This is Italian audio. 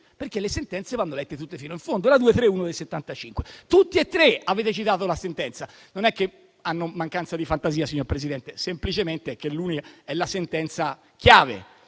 perché le sentenze vanno lette tutte fino in fondo: la sentenza n. 231 del 1975. Tutti e tre avete citato la sentenza. Non è che hanno mancanza di fantasia, signor Presidente, ma semplicemente è la sentenza chiave: